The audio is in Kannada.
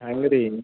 ಹಂಗೆ ರೀ